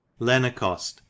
Lenacost